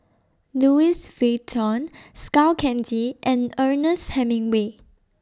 Louis Vuitton Skull Candy and Ernest Hemingway